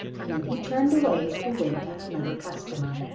and then he turned away to wait on another customer.